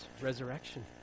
resurrection